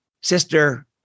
sister